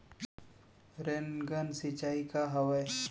Rain gun सिंचाई का हवय?